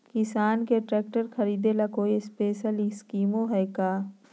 किसान के ट्रैक्टर खरीदे ला कोई स्पेशल स्कीमो हइ का?